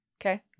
Okay